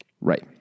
right